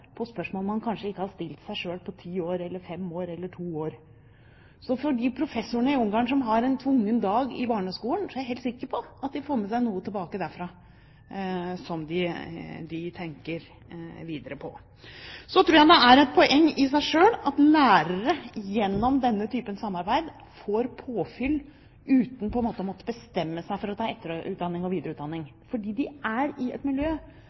på spørsmål man kanskje ikke har stilt seg selv på ti, fem eller to år. Jeg er helt sikker på at de professorene i Ungarn som har en tvungen dag i barneskolen, får med seg noe tilbake derfra som de tenker videre på. Så tror jeg det er et poeng i seg selv at lærere gjennom denne typen samarbeid får påfyll uten å måtte bestemme seg for å ta etter- og videreutdanning, fordi de er i et miljø